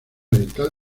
oriental